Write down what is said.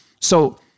So-